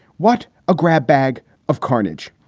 what a grab bag of carnage.